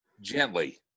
gently